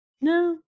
no